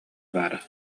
баар